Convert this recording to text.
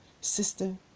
sister